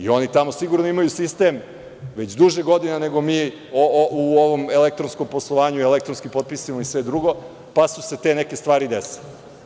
Oni tamo sigurno imaju sistem već duži niz godina nego mi u ovom elektronskom poslovanju, elektronskim potpisima, i sve drugo, pa su se te neke stvari desile.